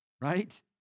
Right